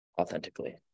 authentically